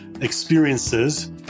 experiences